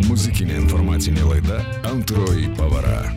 muzikinė informacinė laida antroji pavara